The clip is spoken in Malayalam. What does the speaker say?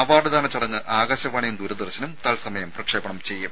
അവാർഡ് ദാന ചടങ്ങ് ആകാശവാണിയും ദൂരദർശനും തത്സമയം പ്രക്ഷേപണം ചെയ്യും